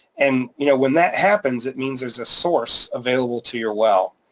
and you know when that happens, it means there's a source available to your well.